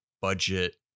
budget